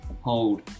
hold